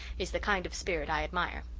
is the kind of spirit i admire.